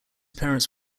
parents